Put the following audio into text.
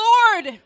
Lord